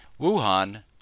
Wuhan